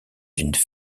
d’une